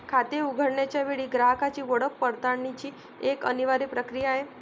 खाते उघडण्याच्या वेळी ग्राहकाची ओळख पडताळण्याची एक अनिवार्य प्रक्रिया आहे